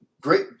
great